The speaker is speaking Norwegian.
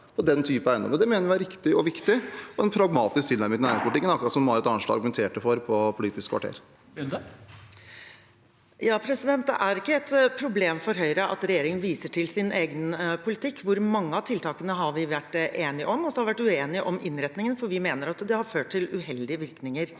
på den typen eiendommer. Det mener vi var riktig og viktig og en pragmatisk tilnærming til næringspolitikken, akkurat som Marit Arnstad argumenterte for på Politisk kvarter. Heidi Nordby Lunde (H) Det er ikke et problem for Høyre at regjeringen viser til sin egen politikk. Mange av tiltakene har vi vært enige om, og så har vi vært uenige om innretningen fordi vi mener at den har ført til uheldige virkninger.